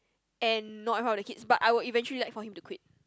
and not in front of the kids but I will eventually like for him to quit